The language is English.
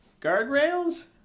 guardrails